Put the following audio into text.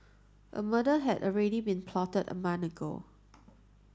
a murder had already been plotted a month ago